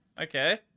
Okay